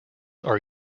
are